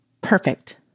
Perfect